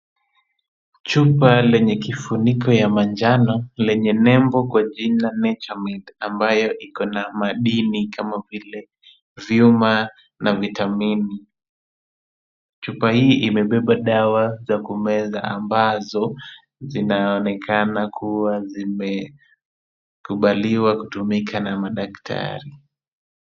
Chupa lenye kifuniko ya manjano, lenye nembo kwa jina NatureMint, ambayo iko na madini ambapo vile viuma, na vitamini. Chupa hii imebebwa dawa za kumeza ambazo zinaonekana kuwa zimekubaliwa kutumika na madaktari.